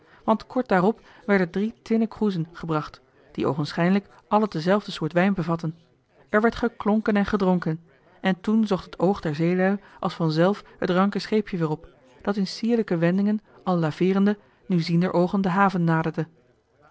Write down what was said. want kort daarop werden drie tinnen kroezen gebracht die oogenschijnlijk alle dezelfde soort wijn bevatten er werd geklonken en gedronken en toen zocht het oog der zeelui als vanzelf het ranke scheepje weer op dat in sierlijke wendingen al laveerende nu zienderoogen de haven naderde